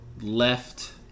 left